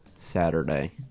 Saturday